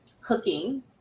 cooking